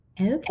Okay